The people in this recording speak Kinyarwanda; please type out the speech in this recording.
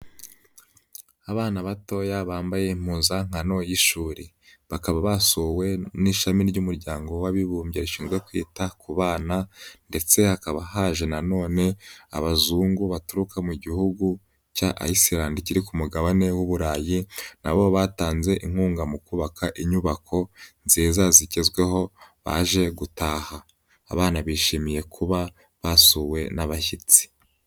Abana batoya bambaye impuzankano y'ishuri, bakaba basuwe n'ishami ry'umuryango w'abibumbye rishinzwe kwita ku bana, ndetse hakaba haje na none Abazungu baturuka mu gihugu cya Island kiri ku mugabane w'u burayi, nabo batanze inkunga mu kubaka inyubako nziza zigezweho baje gutaha, abana bishimiye kuba basuwe n'abashyitsi.